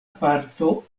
parto